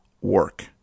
work